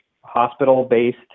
hospital-based